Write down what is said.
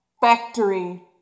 Factory